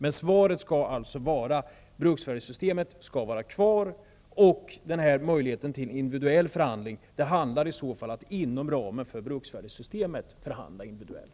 Men svaret skall alltså vara: Bruksvärdessystemet skall vara kvar. Möjligheten till individuell förhandling innebär i så fall möjlighet att inom ramen för bruksvärdessystemet förhandla individuellt.